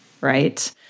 right